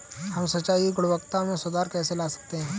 हम सिंचाई की गुणवत्ता में सुधार कैसे ला सकते हैं?